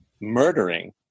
murdering